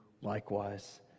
likewise